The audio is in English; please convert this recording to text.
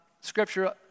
scripture